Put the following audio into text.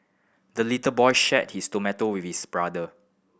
the little boy shared his tomato with his brother